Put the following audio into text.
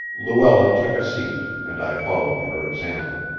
luella took a seat, and i followed her example.